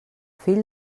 fill